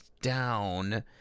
Down